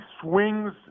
swings